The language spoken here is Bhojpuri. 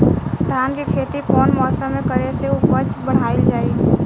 धान के खेती कौन मौसम में करे से उपज बढ़ाईल जाई?